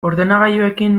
ordenagailuekin